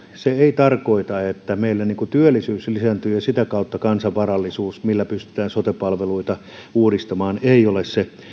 se tarkoita että meillä työllisyys lisääntyy ja sitä kautta kansan varallisuus millä pystytään sote palveluita uudistamaan ei ole se